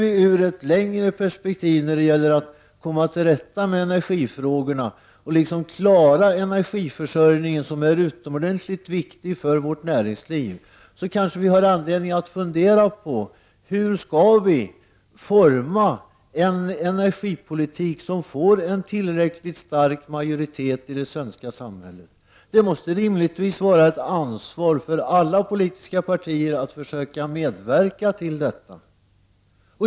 I ett längre perspektiv har vi när det gäller att komma till rätta med energifrågorna och att klara energiförsörjningen, som är utomordentligt viktig för vårt näringsliv, anledning att fundera över hur vi skall kunna forma en energipolitik som får en tillräckligt stark majoritet i det svenska samhället. Det måste rimligtvis vara ett ansvar för alla politiska partier att försöka medverka till detta.